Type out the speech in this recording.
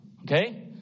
okay